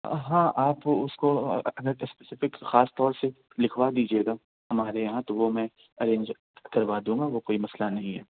ہاں آپ اُس کو الگ اِسپیسیفک خاص طور سے لکھوا دیجیے گا ہمارے یہاں تو وہ میں اَرینج کروا دوں گا وہ کوئی مسئلہ نہیں ہے